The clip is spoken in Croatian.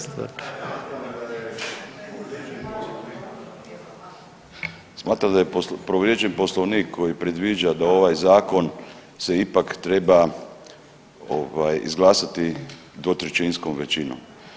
Smatram da je povrijeđen poslovnik koji predviđa da ovaj zakon se ipak treba izglasati dvotrećinskom većinom.